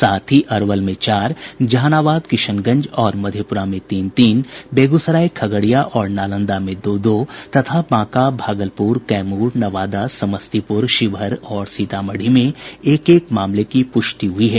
साथ ही अरवल में चार जहानाबाद किशनगंज और मधेपुरा में तीन तीन बेगूसराय खगड़िया और नालंदा में दो दो तथा बांका भागलपुर कैमूर नवादा समस्तीपुर शिवहर और सीतामढ़ी में एक एक मामले की पूष्टि हुई है